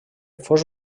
fos